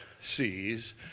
sees